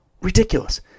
ridiculous